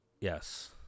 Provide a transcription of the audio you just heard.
Yes